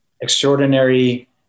extraordinary